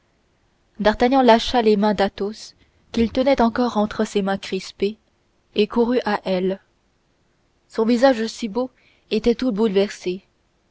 lâcha les mains d'athos qu'il tenait encore entre ses mains crispées et courut à elle son visage si beau était tout bouleversé